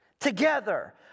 together